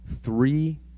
three